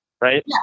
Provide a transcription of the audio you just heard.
right